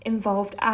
Involved